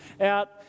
out